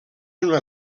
una